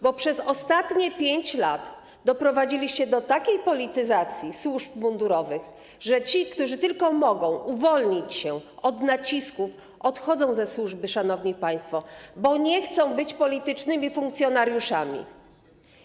Bo przez ostatnie 5 lat doprowadziliście do takiej polityzacji służb mundurowych, że ci, którzy tylko mogą uwolnić się od nacisków, odchodzą ze służby, szanowni państwo, bo nie chcą być politycznymi funkcjonariuszami.